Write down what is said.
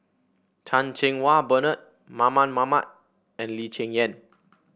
Chan Cheng Wah Bernard Mamat and Lee Cheng Yan